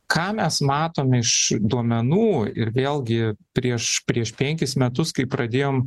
ką mes matom iš duomenų ir vėlgi prieš prieš penkis metus kai pradėjom